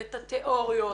את התיאוריות,